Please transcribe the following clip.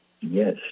Yes